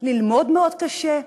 ללמוד מאוד קשה,